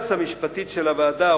ליועצת המשפטית של הוועדה,